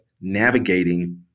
navigating